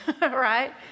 right